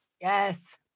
Yes